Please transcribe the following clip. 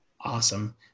Awesome